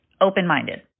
open-minded